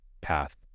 path